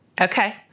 Okay